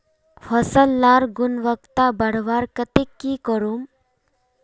फसल लार गुणवत्ता बढ़वार केते की करूम?